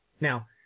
Now